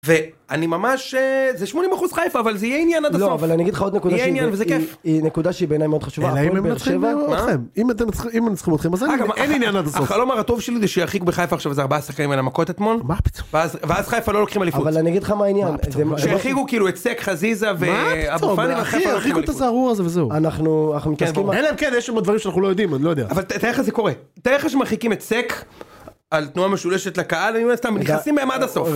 ואני ממש זה 80% חיפה, אבל זה יהיה עניין עד הסוף. לא אבל אני אגיד לך עוד נקודה שהיא, יהיה עניין וזה כיף. היא נקודה שהיא בעיניי מאוד חשובה. אלא אם אתם מנצחים אתכם, אם הם מנצחים אתכם, אז אין עניין עד הסוף. החלום הטוב שלי זה שירחיקו בחיפה עכשיו איזה 4 שחקנים על המכות אתמול, מה פתאום, ואז חיפה לא לוקחים אליפות. מה פתאום, אבל אני אגיד לך מה העניין. שירחיקו כאילו את סק, חזיזה, מה פתאום, אבו פאנלי וחיפה לא לוקחים אליפות. אנחנו, אנחנו מתעסקים ...אלא אם כן , יש שם דברים שאנחנו לא יודעים עוד לא יודעים, אבל תאר לך זה קורה. תאר לך שמרחיקים את סק על תנועה משולשת לקהל ונכנסים בהם עד הסוף.